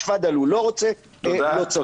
תפדלו, לא רוצה, לא צריך.